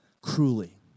cruelly